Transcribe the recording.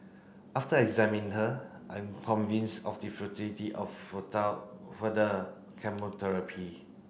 after examine her I am convinced of the of further chemotherapy